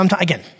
Again